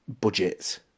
budget